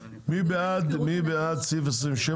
מי בעד סעיף 27,